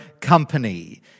company